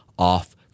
off